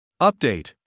Update